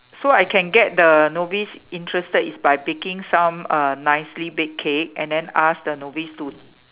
so I can get the novice interested is by baking some uh nicely baked cake and then ask the novice to